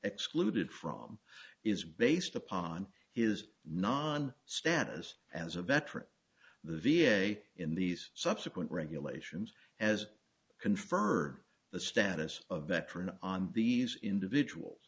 excluded from is based upon his non status as a veteran the v a in these subsequent regulations as confer the status of veterans on these individuals